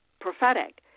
prophetic